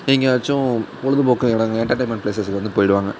எங்கேயாச்சும் பொழுதுபோக்கு இடங்க எண்டர்டைன்மெண்ட் ப்ளேஸஸ்க்கு வந்து போயிடுவாங்க